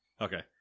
Okay